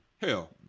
Hell